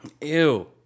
Ew